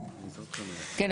כן,